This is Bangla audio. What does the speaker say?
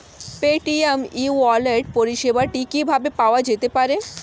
পেটিএম ই ওয়ালেট পরিষেবাটি কিভাবে পাওয়া যেতে পারে?